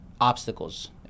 obstacles